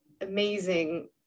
amazing